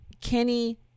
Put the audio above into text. Kenny